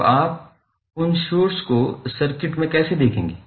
तो आप उन सोर्स को सर्किट में कैसे देखेंगे